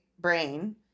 brain